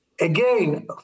Again